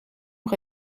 nog